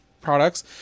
products